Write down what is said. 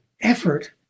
effort